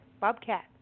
Bobcat